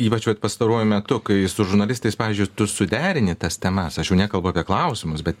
ypač vat pastaruoju metu kai su žurnalistais pavyzdžiui tu suderini tas temas aš jau nekalbu apie klausimus bet